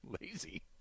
Lazy